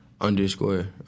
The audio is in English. underscore